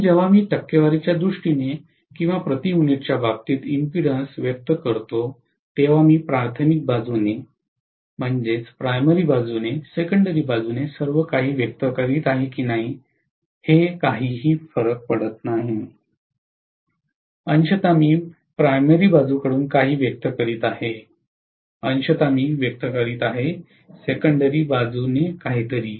म्हणून जेव्हा मी टक्केवारीच्या दृष्टीने किंवा प्रति युनिटच्या बाबतीत इम्पेडन्स व्यक्त करतो तेव्हा मी प्राथमिक बाजूने सेकंडरी बाजूने सर्व काही व्यक्त करीत आहे की नाही हे काही फरक पडत नाही अंशतः मी प्राथमिक बाजूकडून काही व्यक्त करीत आहे अंशतः मी व्यक्त करीत आहे सेकंडरी बाजूने काहीतरी